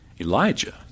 Elijah